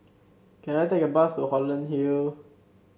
can I take a bus to Holland Hill